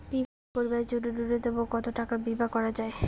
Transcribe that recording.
বীমা করিবার জন্য নূন্যতম কতো টাকার বীমা করা যায়?